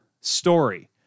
story